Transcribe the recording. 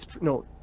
No